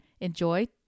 Enjoy